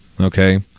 Okay